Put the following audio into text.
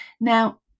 Now